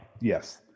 Yes